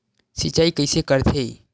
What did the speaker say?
सिंचाई कइसे करथे?